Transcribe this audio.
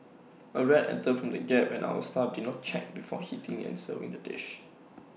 A rat entered from the gap and our staff did not check before heating and serving the dish